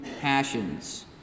passions